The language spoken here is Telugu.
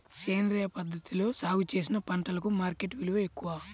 సేంద్రియ పద్ధతిలో సాగు చేసిన పంటలకు మార్కెట్ విలువ ఎక్కువ